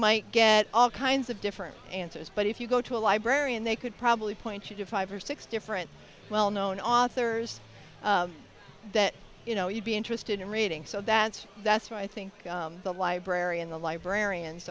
might get all kinds of different answers but if you go to a library and they could probably point you to five or six different well known authors that you know you'd be interested in reading so that's that's why i think the library and the librarians